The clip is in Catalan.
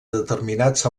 determinats